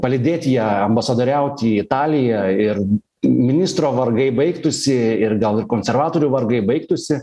palydėti ją ambasadoriauti į italiją ir ministro vargai baigtųsi ir gal konservatorių vargai baigtųsi